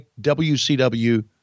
WCW